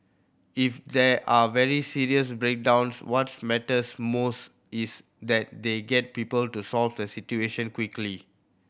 if there are very serious breakdowns what matters most is that they get people to solve the situation quickly